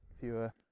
fewer